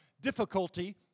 difficulty